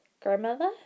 grandmother